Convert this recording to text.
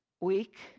Week